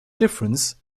difference